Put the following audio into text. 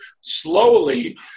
slowly